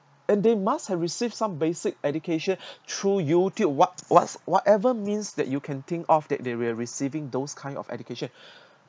and they must have received some basic education through youtube what what's whatever means that you can think of that they were receiving those kind of education